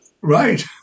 Right